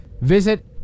visit